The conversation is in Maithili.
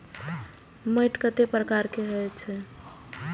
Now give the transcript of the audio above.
मैंट कतेक प्रकार के होयत छै?